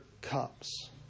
cups